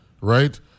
right